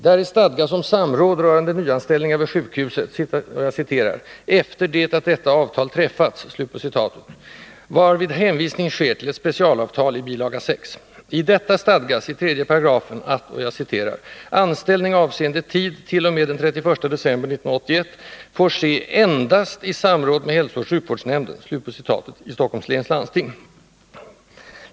Däri stadgas om samråd rörande nyanställningar vid sjukhuset ”efter det att detta avtal träffats”, varvid hänvisning sker till ett specialavtal i bil. 6. I detta stadgas i 3 § att ”anställning avseende tid till och med den 31 december 1981 får ske endast i samråd med Hälsooch sjukvårdsnämnden” i Stockholms läns landsting.